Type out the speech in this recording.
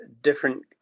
different